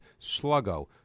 Sluggo